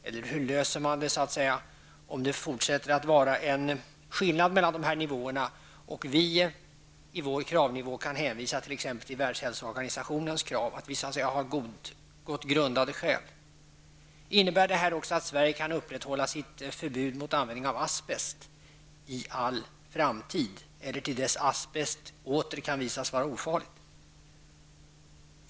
Eller hur löser man problemet om det fortsätter att vara en skillnad mellan dessa nivåer och vi i vår kravnivå kan hänvisa t.ex. till Världshälsoorganisationens krav, dvs. att vi så att säga har väl grundade skäl? Innebär detta att Sverige kan upprätthålla sitt förbud mot användning av asbest i all framtid eller till dess asbest åter kan visas vara ofarlig?